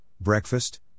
breakfast